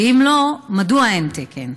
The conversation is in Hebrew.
3. אם לא, מדוע אין תקן?